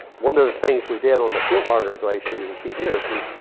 one of the things we did on the furtwangler glacier you can see here, is we,